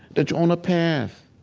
that you're on a path,